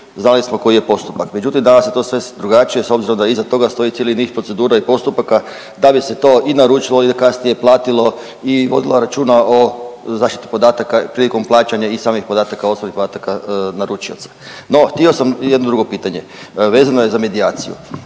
znali smo koji je postupak. Međutim, danas je to sve drugačije s obzirom da iza toga stoji cijeli niz procedura i postupaka da bi se to i naručilo i kasnije platilo i vodilo računa o zaštiti podataka prilikom plaćanja i samih podataka, osnovnih podataka naručioca. No, htio sam jedno drugo pitanje, vezano je za medijaciju.